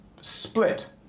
split